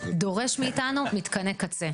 דורש מאיתנו מתקני קצה.